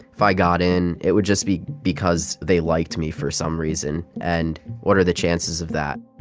if i got in, it would just be because they liked me for some reason. and what are the chances of that?